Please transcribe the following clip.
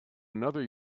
another